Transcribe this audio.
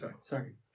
sorry